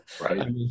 Right